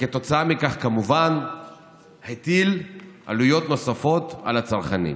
וכתוצאה מכך כמובן הטיל עלויות נוספות על הצרכנים.